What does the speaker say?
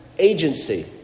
agency